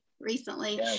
recently